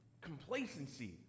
complacency